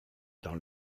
dans